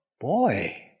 Boy